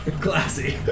Classy